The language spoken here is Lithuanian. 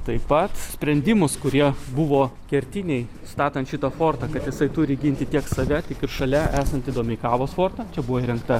taip pat sprendimus kurie buvo kertiniai statant šitą fortą kad jisai turi ginti tiek save tiek ir šalia esantį domeikavos fortą čia buvo įrengta